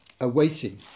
awaiting